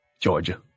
Georgia